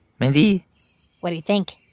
mindy what do you think?